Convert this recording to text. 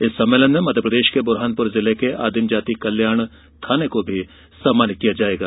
इस सम्मेलन में मध्यप्रदेश में बुरहानपर जिले के आदिम जाति कल्याण थाने को भी सम्मानित किया जायेगा